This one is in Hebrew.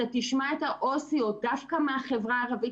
אתה תשמע את העובדות הסוציאליות דווקא מהחברה הערבית